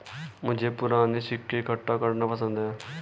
मुझे पूराने सिक्के इकट्ठे करना पसंद है